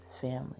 family